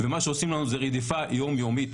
ומה שעושים לנו זאת רדיפה יום-יומית.